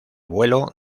vuelo